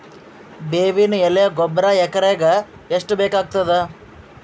ಬೇವಿನ ಎಲೆ ಗೊಬರಾ ಎಕರೆಗ್ ಎಷ್ಟು ಬೇಕಗತಾದ?